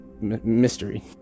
mystery